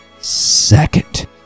Second